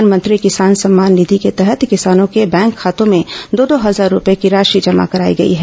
प्रधानमंत्री किसान सम्मान निधि के तहत किसानों के बैंक खातों में दो दो हजार रूपये की राशि जमा कराई गई है